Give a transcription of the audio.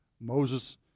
Moses